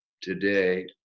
today